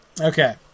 Okay